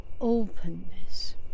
openness